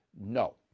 no